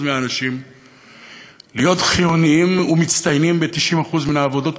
מהאנשים להיות חיוניים ומצטיינים ב-90% מהעבודות,